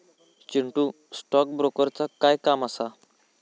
Chintu, stock ब्रोकरचा काय काम असा?